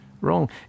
wrong